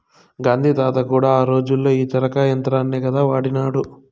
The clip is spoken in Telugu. గాంధీ తాత కూడా ఆ రోజుల్లో ఈ చరకా యంత్రాన్నే కదా వాడినాడు